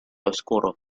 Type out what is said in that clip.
oscuro